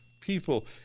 people